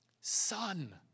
Son